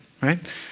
right